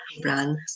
brand